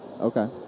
Okay